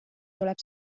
tuleb